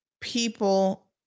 people